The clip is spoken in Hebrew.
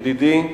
ידידי,